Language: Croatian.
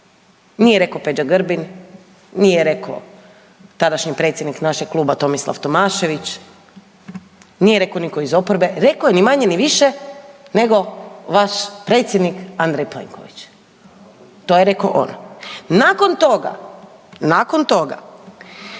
Nije rekao Peđa Grbin, nije rekao tadašnji predsjednik našeg kluba Tomislav Tomašević, nije rekao nitko iz oporbe, rekao je ni manje ni više nego vaš predsjednik Andrej Plenković. To je rekao on. Nakon toga, nakon toga